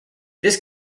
this